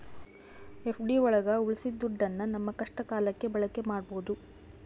FD ಒಳಗ ಉಳ್ಸಿದ ದುಡ್ಡನ್ನ ನಮ್ ಕಷ್ಟ ಕಾಲಕ್ಕೆ ಬಳಕೆ ಮಾಡ್ಬೋದು